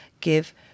Give